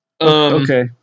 Okay